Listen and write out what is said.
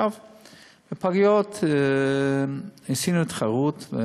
בפגיות ניסינו תחרות,